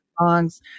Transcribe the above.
songs